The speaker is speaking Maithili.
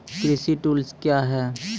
कृषि टुल्स क्या हैं?